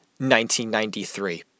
1993